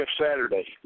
Saturday